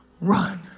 run